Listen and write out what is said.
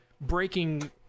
breaking